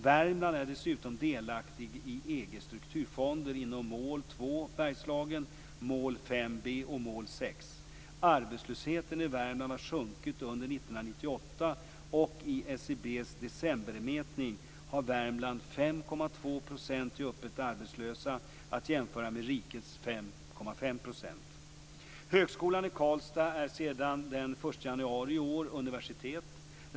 Värmland är dessutom delaktigt i EG:s strukturfonder inom mål 2 Bergslagen, mål 5 b och mål 6. Arbetslösheten i Värmland har sjunkit under 1998, och i SCB:s decembermätning hade Värmland 5,2 % öppet arbetslösa - att jämföra med rikets 5,5 %. Högskolan i Karlstad är sedan den 1 januari i år universitet.